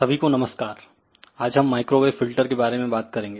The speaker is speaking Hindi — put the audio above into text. सभी को नमस्कारआज हम माइक्रोवेव फिल्टर के बारे में बात करेंगे